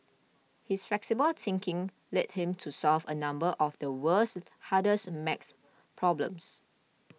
his flexible thinking led him to solve a number of the world's hardest math problems